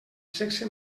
sexe